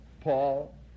Paul